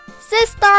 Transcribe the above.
Sister